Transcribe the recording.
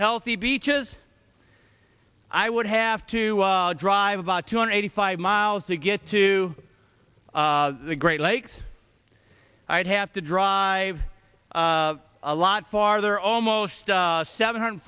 healthy beaches i would have to drive about two hundred eighty five miles to get to the great lakes i'd have to drive a lot farther almost seven hundred